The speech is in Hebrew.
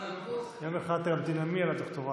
יום אחד גם תנאמי על הדוקטורט.